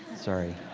sorry.